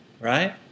right